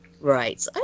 Right